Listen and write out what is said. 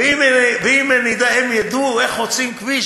ואם הם ידעו איך חוצים כביש,